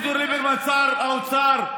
אביגדור ליברמן שר האוצר,